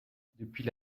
depuis